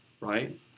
right